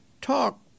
Talk